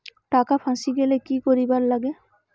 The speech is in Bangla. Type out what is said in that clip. টাকা ফাঁসি গেলে কি করিবার লাগে?